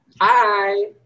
hi